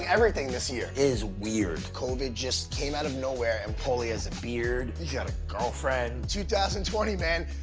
everything, this year, is weird. covid just came out of nowhere and pauly has a beard, he's got a girlfriend, two thousand and twenty, man.